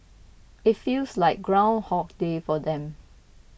it feels like ground hog day for them